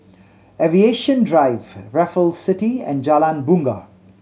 Aviation Drive Raffle City and Jalan Bungar